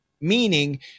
Meaning